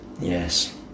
yes